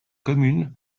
commune